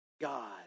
God